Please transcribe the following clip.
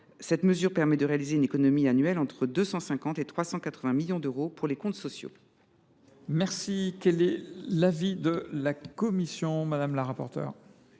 Cette mesure permet de réaliser une économie annuelle de 250 millions à 380 millions d’euros pour les comptes sociaux.